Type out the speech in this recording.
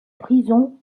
prison